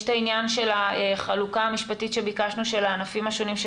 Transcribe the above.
יש את העניין של החלוקה המשפטית שביקשנו של הענפים השונים,